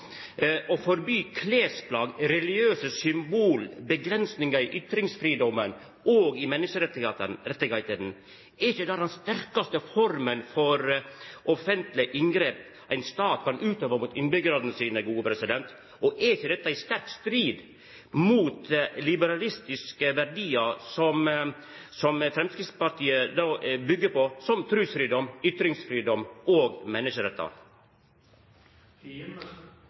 Å forby klesplagg, religiøse symbol og avgrensingar i ytringsfridomen og i menneskerettane, er ikkje det den sterkaste forma for offentlege inngrep ein stat kan utøva mot innbyggjarane sine? Og er ikkje dette i sterk strid med dei liberalistiske verdiane som Framstegspartiet byggjer på, som trusfridom, ytringsfridom og